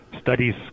studies